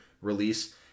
release